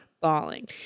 bawling